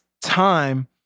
time